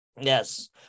Yes